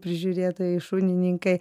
prižiūrėtojai šunininkai